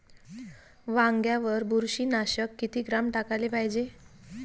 वांग्यावर बुरशी नाशक किती ग्राम टाकाले पायजे?